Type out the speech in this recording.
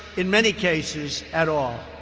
in many cases, at all.